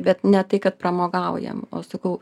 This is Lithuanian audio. bet ne tai kad pramogaujam o sakau